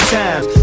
times